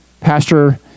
Pastor